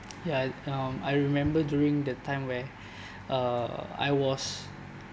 ya um I remember during the time where uh I was